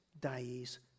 days